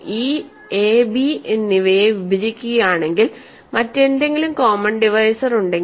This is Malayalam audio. ഇ എ ബി എന്നിവയെ വിഭജിക്കുകയാണെങ്കിൽ മറ്റെന്തെങ്കിലും കോമൺ ഡിവൈസർ ഉണ്ടെങ്കിൽ